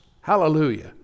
Hallelujah